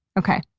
okay.